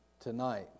tonight